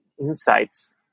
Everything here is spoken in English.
insights